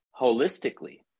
holistically